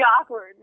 awkward